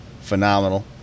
phenomenal